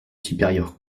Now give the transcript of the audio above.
supérieur